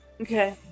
Okay